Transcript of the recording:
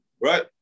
right